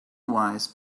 wise